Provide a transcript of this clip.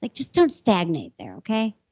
like just don't stagnate there, okay?